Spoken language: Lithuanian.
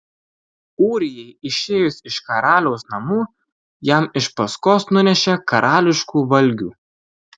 ūrijai išėjus iš karaliaus namų jam iš paskos nunešė karališkų valgių